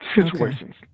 situations